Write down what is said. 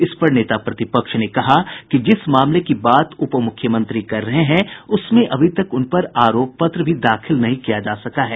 इस पर नेता प्रतिपक्ष ने कहा कि जिस मामले की बात उप मुख्यमंत्री कर रहे हैं उसमें अभी तक उन पर आरोप पत्र भी दाखिल नहीं किया जा सका है